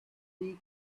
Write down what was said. dig